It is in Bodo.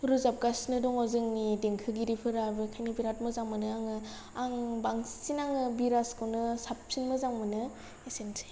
रोजाबगासिनो दङ जोंनि देंखोगिरिफोराबो ओंखायनो बिरात मोजां मोनो आङो आं बांसिन आङो बिराजखौनो साबसिन मोजां मोनो एसेनोसै